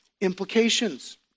implications